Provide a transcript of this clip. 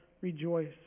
rejoice